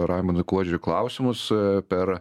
raimundui kuodžiui klausimus per